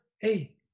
Hey